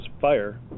fire